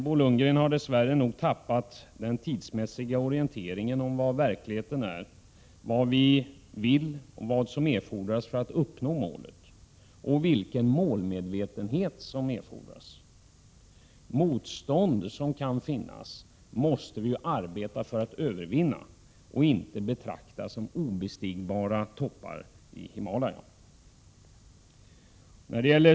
Bo Lundgren har nog dess värre tappat den tidsmässiga orienteringen om hur verkligheten är — vad vi vill, vad som erfordras för att vi skall uppnå målet och vilken målmedvetenhet som erfordras för detta. Motstånd som kan finnas måste vi arbeta för att övervinna och inte betrakta som obestigbara toppar i Himalaya.